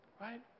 Right